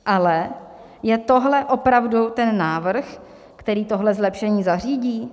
Ale je tohle opravdu ten návrh, který tohle zlepšení zařídí?